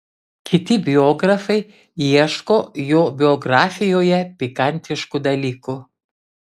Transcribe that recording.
kiti biografai ieško jo biografijoje pikantiškų dalykų